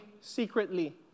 secretly